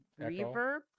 reverb